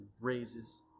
raises